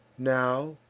now,